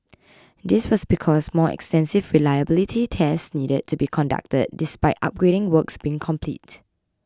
this was because more extensive reliability tests needed to be conducted despite upgrading works being complete